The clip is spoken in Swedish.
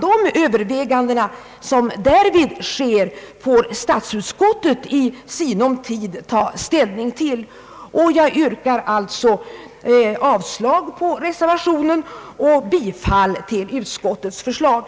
De överväganden som därvid sker får statsutskottet i sinom tid ta ställning till. Jag yrkar, herr talman, avslag på reservationen och bifall till utskottets hemställan.